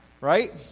right